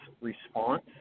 response